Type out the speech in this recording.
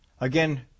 Again